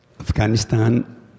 Afghanistan